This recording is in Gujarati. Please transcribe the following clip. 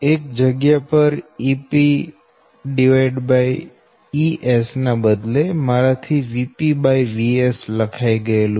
એક જગ્યા પર EpEsના બદલે મારા થીVpVsલખાઈ ગયેલું